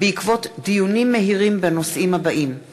בעקבות דיון מהיר בהצעתם של חברי הכנסת מירב בן ארי,